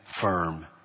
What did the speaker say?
firm